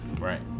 Right